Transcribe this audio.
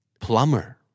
Plumber